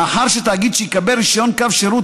מאחר שתאגיד שיקבל רישיון קו שירות